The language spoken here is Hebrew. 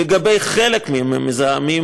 לגבי חלק מהמזהמים,